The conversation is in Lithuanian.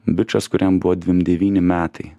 bičas kuriam buvo dvim devyni metai